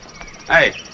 Hey